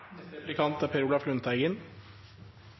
Arbeiderpartiet erkjenne. Per Olaf Lundteigen